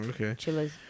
Okay